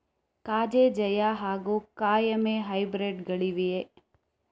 ಕಜೆ ಜಯ ಹಾಗೂ ಕಾಯಮೆ ಹೈಬ್ರಿಡ್ ಗಳಿವೆಯೇ?